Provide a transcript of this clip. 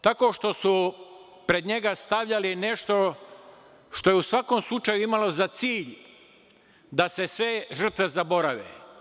Tako što su pred njega stavljali nešto što je u svakom slučaju imalo za cilj da se sve žrtve zaborave.